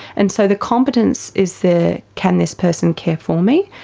and so the competence is the can this person care for me?